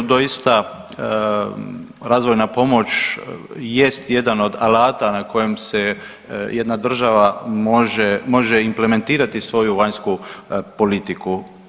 Doista razvojna pomoć jest jedan od alata na kojem se jedna država može, može implementirati svoju vanjsku politiku.